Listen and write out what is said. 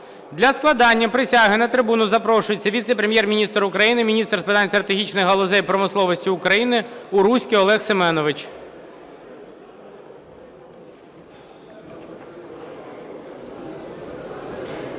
Для складення присяги на трибуну запрошується віце-прем'єр-міністр України – міністр з питань стратегічних галузей промисловості України Уруський Олег Семенович.